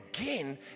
again